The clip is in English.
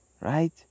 right